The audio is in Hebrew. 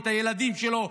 את הילדים שלו,